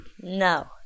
No